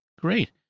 Great